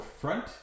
front